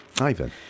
Ivan